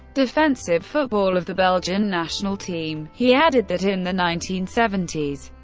defensive football of the belgian national team he added that in the nineteen seventy s,